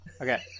okay